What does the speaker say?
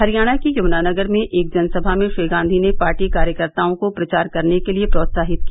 हरियाणा के यमुना नगर में एक जनसभा में श्री गांधी ने पार्टी कार्यकर्ताओं को प्रचार करने के लिए प्रोत्साहित किया